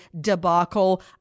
debacle